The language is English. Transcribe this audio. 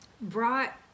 brought